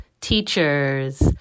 teachers